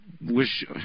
wish